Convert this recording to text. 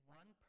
one